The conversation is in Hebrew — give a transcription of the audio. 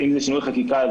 אם זה שינוי חקיקה,